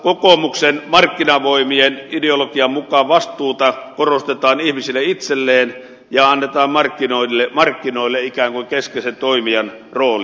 kokoomuksen markkinavoimien ideologian mukaan vastuuta korostetaan ihmisille itselleen ja annetaan markkinoille ikään kuin keskeisen toimijan rooli